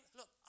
Look